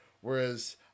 Whereas